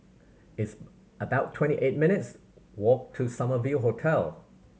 it's about twenty eight minutes' walk to Summer View Hotel